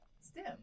STEM